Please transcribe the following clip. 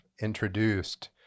introduced